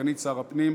סגנית שר הפנים,